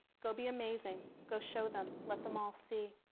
go be amazing. go show them. let them all see.